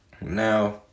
Now